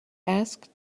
asked